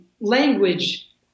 language